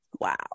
Wow